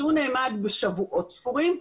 שהוא נאמד בשבועות ספורים,